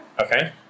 Okay